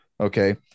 okay